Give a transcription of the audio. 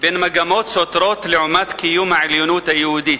בין מגמות סותרות, לעומת קיום העליונות היהודית.